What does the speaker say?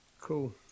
Cool